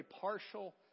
partial